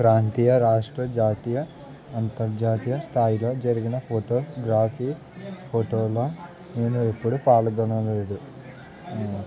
ప్రాంతీయ రాష్ట్ర జాతీయ అంతర్జాతీయ స్థాయిలో జరిగిన ఫోటోగ్రఫీ ఫోటోలు నేను ఎప్పుడు పాల్గొనలేదు